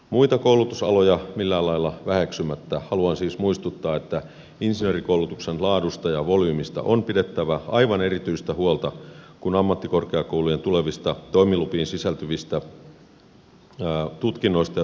muita koulutusaloja millään lailla väheksymättä haluan siis muistuttaa että insinöörikoulutuksen laadusta ja volyymistä on pidettävä aivan erityistä huolta kun ammattikorkeakoulujen tulevista toimilupiin sisältyvistä tutkinnoista ja tutkintonimikkeistä tehdään päätöksiä